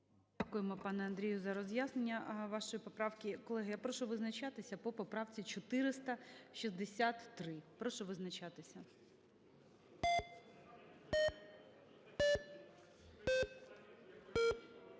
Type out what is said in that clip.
Дякуємо, пане Андрію, за роз'яснення вашої поправки. Колеги, я прошу визначатися по поправці 463. Прошу визначатися.